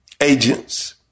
Agents